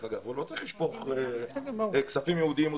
הוא לא צריך לשפוך כספים ייעודיים או